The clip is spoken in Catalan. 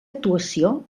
actuació